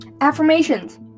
Affirmations